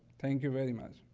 thank you, very much.